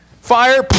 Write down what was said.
Fire